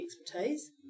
expertise